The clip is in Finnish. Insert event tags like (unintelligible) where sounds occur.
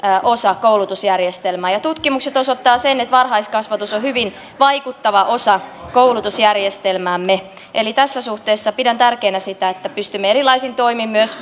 osa koulutusjärjestelmää tutkimukset osoittavat sen että varhaiskasvatus on hyvin vaikuttava osa koulutusjärjestelmäämme eli tässä suhteessa pidän tärkeänä sitä että pystymme erilaisin toimin myös (unintelligible)